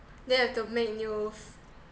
then you have to make new